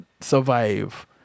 survive